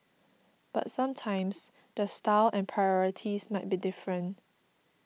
but sometimes the style and priorities might be different